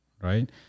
right